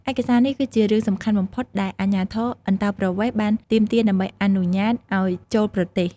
ឯកសារនេះគឺជារឿងសំខាន់បំផុតដែលអាជ្ញាធរអន្តោប្រវេសន៍បានទាមទារដើម្បីអនុញ្ញាតឱ្យចូលប្រទេស។